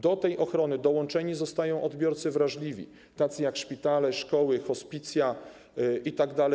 Do tej ochrony dołączeni zostają odbiorcy wrażliwi, tacy jak szpitale, szkoły, hospicja itd.